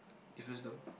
give this to